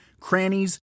crannies